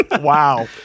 Wow